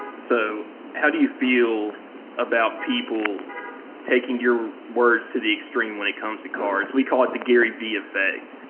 so how do you feel about people taking your words to the extreme when it comes to cards? we call it the gary v effect.